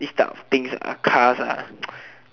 it's type of things cars